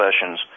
sessions